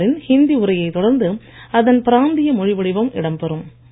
பிரதமரின் ஹிந்தி உரையை தொடர்ந்து அதன் பிராந்திய மொழி வடிவம் இடம்பெறும்